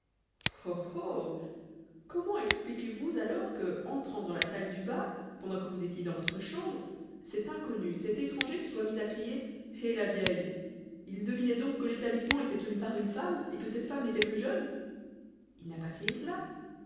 comment expliquez-vous alors que entrant dans la salle du bas pendant que vous étiez dans votre chambre cet inconnu cet étranger se soit mis à crier hé la vieille il devinait donc que l'établissement était tenu par une femme et que cette femme n'était plus jeune il n'a pas crié cela